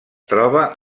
troba